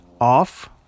off